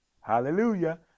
Hallelujah